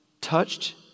touched